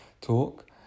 talk